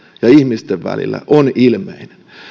ja ihmisten välillä on ilmeinen